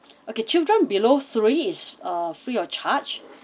okay children below three is uh free of charge